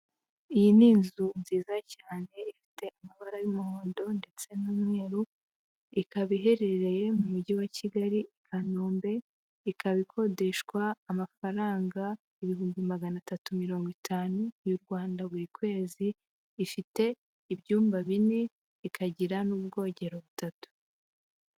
Iyi ni inzu nziza cyane ifite amabara y'umuhondo ndetse n'umweru, ikaba iherereye mu mujyi wa Kigali i Kanombe, ikaba ikodeshwa amafaranga ibihumbi magana atatu mirongo itanu y'u Rwanda buri kwezi, ifite ibyumba bine, ikagira n'ubwogero butatu.